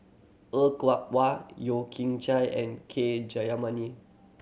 Er Kwong Wah Yeo King Chai and K Jayamani